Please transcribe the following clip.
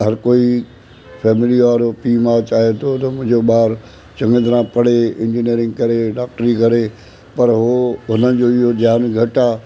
हर कोई फैमिली वारो पीउ माउ चाहे थो त मुंहिंजो ॿार चङी तरह पढ़े इंजीनियरिंग करे डॉक्टरी करे पर हू हुननि जो हीअं ध्यानु घटि आहे